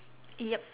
yup